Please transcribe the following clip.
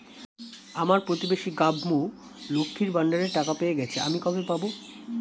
আমার প্রতিবেশী গাঙ্মু, লক্ষ্মীর ভান্ডারের টাকা পেয়ে গেছে, আমি কবে পাব?